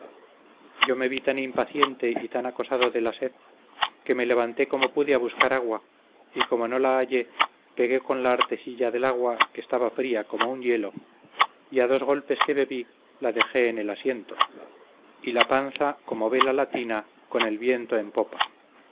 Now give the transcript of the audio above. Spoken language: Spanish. yo me vi tan impaciente y tan acosado de la sed que me levanté como pude a buscar agua y como no la hallé pegué con la artesilla del agua que estaba fría como un hielo y a dos golpes que bebí la dejé en el asiento y la panza come vela latina con el viento en popa